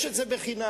זה ישנו בחינם.